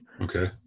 Okay